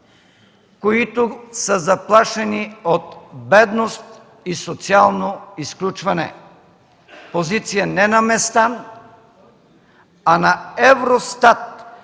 които са заплашени от бедност и социално изключване. Позиция не на Местан, а на ЕВРОСТАТ